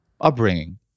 upbringing